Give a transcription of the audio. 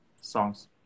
songs